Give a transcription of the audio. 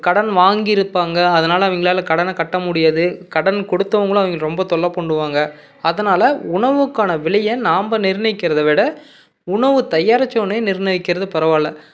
கடன் வாங்கிருப்பாங்கள் அதனால் அவங்களால கடனைக் கட்ட முடியாது கடன் கொடுத்தவங்களும் அவங்கள ரொம்பத் தொல்லைப் பண்ணுவாங்கள் அதனால் உணவுக்கான விலையை நாம் நிர்ணயிக்கிறதை விட உணவுத் தயாரிச்சவனே நிர்ணயிக்கிறது பரவாயில்ல